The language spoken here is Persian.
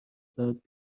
برات